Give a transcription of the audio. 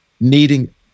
needing